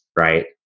Right